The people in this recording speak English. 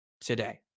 today